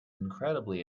incredibly